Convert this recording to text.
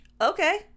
okay